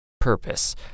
Purpose